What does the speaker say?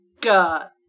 God